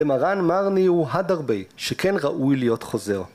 דמרן מרני הוא הדרבי, שכן ראוי להיות חוזר.